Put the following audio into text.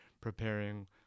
preparing